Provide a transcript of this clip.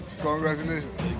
Congratulations